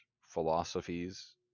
philosophies